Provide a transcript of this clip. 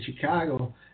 Chicago